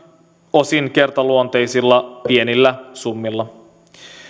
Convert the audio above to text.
osin kertaluonteisilla pienillä summilla